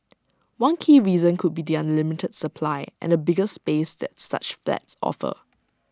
one key reason could be their limited supply and the bigger space that such flats offer